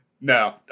No